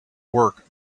work